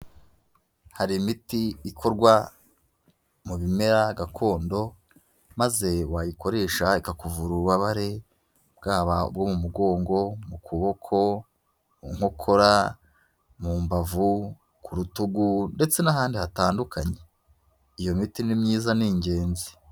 Hari imiti ikorwa mu bimera gakondo, maze wayikoresha ikakuvura ububabare, bwaba ubwo mu mugongo, mu kuboko, mu nkokora, mu mbavu, ku rutugu, ndetse n'ahandi hatandukanye, iyo miti ni myiza, ni ingenzi.